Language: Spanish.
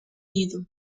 nido